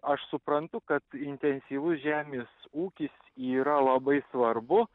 aš suprantu kad intensyvus žemės ūkis yra labai svarbu